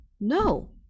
no